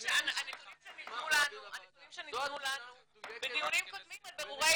הנתונים שניתנו לנו בדיונים קודמים על בירורי